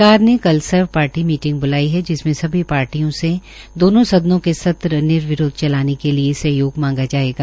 सरकार ने कल सर्व पार्टी मीटिंग ब्लाई है जिसमें सभी पार्टियों से दोनों सदनों के सत्र निविरोध चलाने के लिए सहयोग मांगा जायेगा